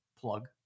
plug